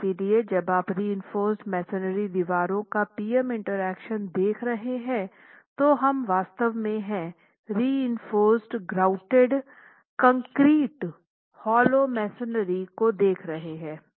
इसलिए जब आप रीइंफोर्स्ड मेसनरी वाली दीवारों का पी एम इंटरैक्शन देख रहे हैं तो हम वास्तव में हैं reinforced grouted concrete hollow masonry को देख रहे हैं